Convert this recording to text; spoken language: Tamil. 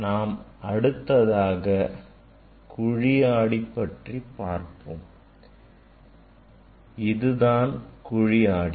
நாம் அடுத்ததாக குழி ஆடி பற்றி பார்ப்போம் இது தான் குழி ஆடி